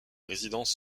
résidences